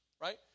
right